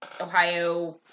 Ohio